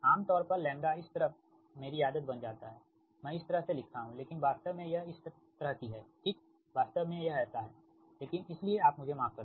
आम तौर पर λ इस तरफ मेरी आदत बन जाता है मैं इस तरह से लिखता हूं लेकिन वास्तव में यह इस की तरह है ठीक वास्तव में यह ऐसा है लेकिन इसलिए आप मुझे माफ कर दें